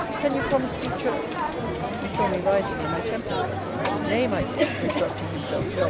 can you promise future he saw me rising in my temper nay, my dear, interrupting himself,